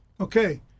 Okay